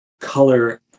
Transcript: color